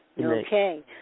Okay